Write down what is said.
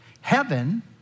heaven